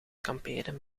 kamperen